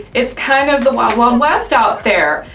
it's kind of the wild, wild west out there.